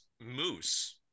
moose